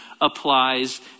applies